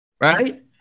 Right